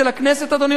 אדוני ראש הממשלה?